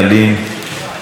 לא נמצא.